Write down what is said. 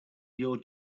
your